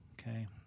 Okay